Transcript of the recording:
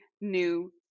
new